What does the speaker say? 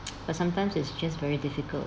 but sometimes it's just very difficult